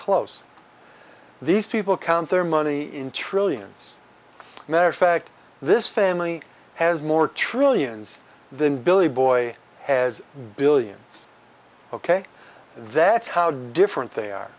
close these people count their money in trillions matter of fact this family has more trillions than billy boy has billions ok that's how different they are